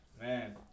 man